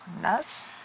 nuts